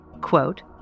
Quote